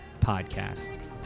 Podcast